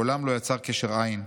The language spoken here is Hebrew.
מעולם לא יצר קשר עין.